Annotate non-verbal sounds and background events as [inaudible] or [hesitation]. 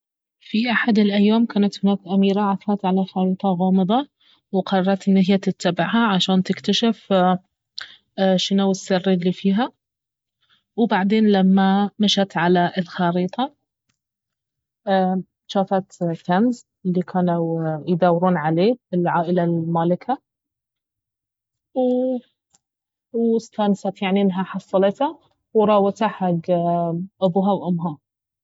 في احد الأيام كانت هناك اميرة عثرت على خريطة غامضة وقررت ان هي تتبعها عشان تكتشف شنو السر الي فيها وبعدين لما مشت على الخريطة جافت كنز الي كانوا يدورون عليه العائلة المالكة و [hesitation] استانست يعني انها حصلته وراوته حق ابوها وامها